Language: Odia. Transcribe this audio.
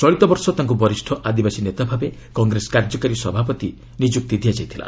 ଚଳିତ ବର୍ଷ ତାଙ୍କୁ ବରିଷ୍ଠ ଆଦିବାସୀ ନେତା ଭାବେ କଂଗ୍ରେସ କାର୍ଯ୍ୟକାରୀ ସଭାପତି ନିଯୁକ୍ତି ଦିଆଯାଇଥିଲା